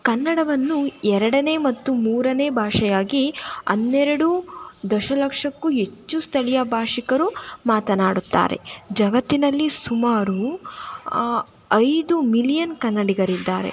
ಕನ್ನಡವನ್ನು ಎರಡನೇ ಮತ್ತು ಮೂರನೇ ಭಾಷೆಯಾಗಿ ಹನ್ನೆರಡು ದಶ ಲಕ್ಷಕ್ಕೂ ಹೆಚ್ಚು ಸ್ಥಳೀಯ ಭಾಷಿಕರು ಮಾತನಾಡುತ್ತಾರೆ ಜಗತ್ತಿನಲ್ಲಿ ಸುಮಾರು ಐದು ಮಿಲಿಯನ್ ಕನ್ನಡಿಗರಿದ್ದಾರೆ